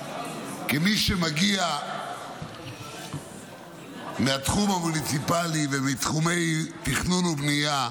כמי שמגיע מהתחום המוניציפלי ומתחומי תכנון ובנייה,